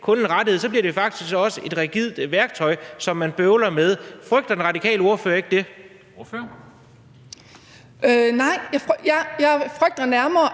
kun rettet; så bliver det faktisk også et rigidt værktøj, som man bøvler med. Frygter den radikale ordfører ikke det? Kl. 11:01 Formanden